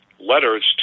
letters